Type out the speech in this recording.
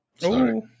Sorry